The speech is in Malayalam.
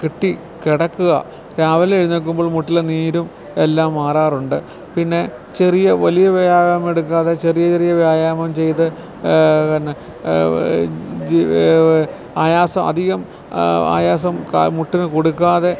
കെട്ടി കിടക്കുക രാവിലെ എഴുന്നേൽക്കുമ്പോള് മുട്ടിലെ നീരും എല്ലാം മാറാറുണ്ട് പിന്നെ ചെറിയ വലിയ വ്യായാമം എടുക്കാതെ ചെറിയ ചെറിയ വ്യായാമം ചെയ്ത് എന്ന ആയാസം അധികം ആയാസം കാല്മുട്ടിന് കൊടുക്കാതെ